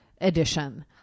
edition